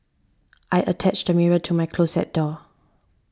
I attached the mirror to my closet door